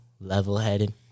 level-headed